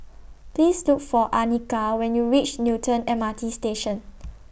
Please Look For Anika when YOU REACH Newton M R T Station